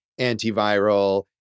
antiviral